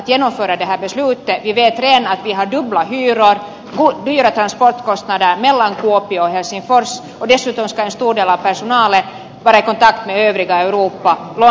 vi vet redan att vi har dubbla hyror dyra transportkostnader mellan kuopio och helsingfors och dessutom ska en stor del av personalen vara i kontakt med övriga europa särskilt london